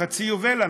חצי יובל אנחנו,